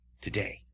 today